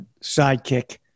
sidekick